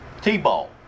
T-Ball